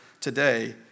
today